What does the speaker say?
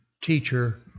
teacher